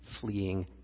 fleeing